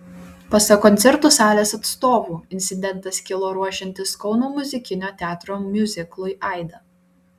pasak koncertų salės atstovų incidentas kilo ruošiantis kauno muzikinio teatro miuziklui aida